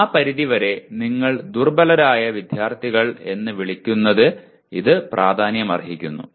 ആ പരിധിവരെ നിങ്ങൾ ദുർബലരായ വിദ്യാർത്ഥികൾ എന്ന് വിളിക്കുന്നതിൽ ഇത് പ്രാധാന്യമർഹിക്കുന്നു